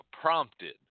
prompted